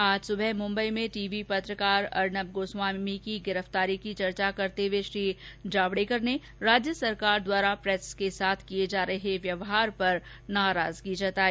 आज सुबह मुम्बई में टी वी पत्रकार अर्नब गोस्वामी की गिरफ्तारी की चर्चा करते हुए श्री जावडेकर ने राज्य सरकार द्वारा प्रेस के साथ किए जा रहे व्यवहार पर अपनी नाराजगी जताई